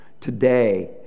today